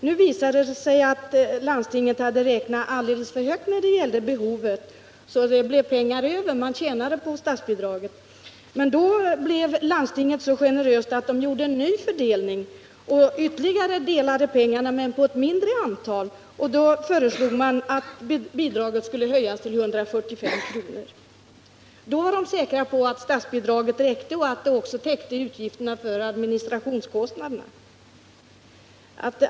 Det visade sig emellertid att landstinget hade räknat alldeles för högt i fråga om behovet, så det blev pengar över. Man tjänade på statsbidraget så att säga. Då var landstinget så generöst att man gjorde en ny fördelning av pengarna på ett mindre antal patienter. Resultatet blev att bidraget kunde höjas till 145 kr. Då var man säker på att statsbidraget räckte och att det också täckte administrationskostnaderna.